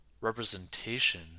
representation